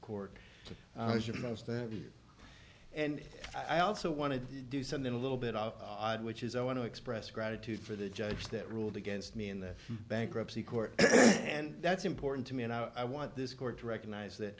court and i also want to do something a little bit of odd which is i want to express gratitude for the judge that ruled against me in the bankruptcy court and that's important to me and i want this court to recognize that